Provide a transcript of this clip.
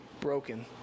broken